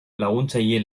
laguntzaile